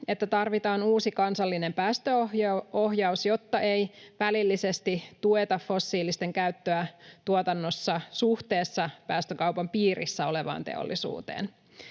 että tarvitaan uusi kansallinen päästöohjaus, jotta ei välillisesti tueta fossiilisten käyttöä tuotannossa suhteessa päästökaupan piirissä olevaan teollisuuteen.